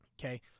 okay